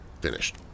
Finished